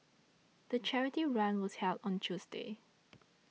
the charity run was held on Tuesday